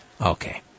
Okay